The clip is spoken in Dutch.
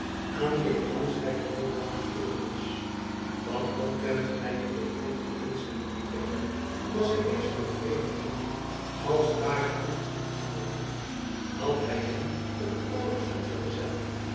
aan wie een glansrijke loopbaan beschoren was van omtrent gelijken leeftijd met prins willem ii was hy dezen door frederik hendrik als paadje toegevoegd geworden had hy hem op t oorlogsveld vergezeld